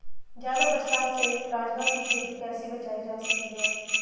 ज़्यादा बरसात से राजमा की खेती कैसी बचायी जा सकती है?